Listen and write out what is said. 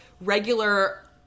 regular